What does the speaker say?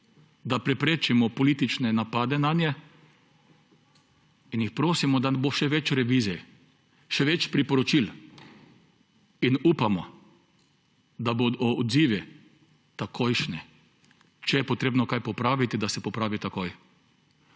da preprečimo politične napade nanje in jih prosimo, da bo še več revizij, še več priporočil, in upamo, da bodo odzivi takojšnji, če je potrebno kaj popraviti, da se popravi takoj.